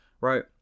right